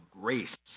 grace